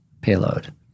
payload